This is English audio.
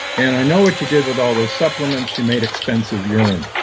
and i know what you did with all those supplements, you made expensive urine.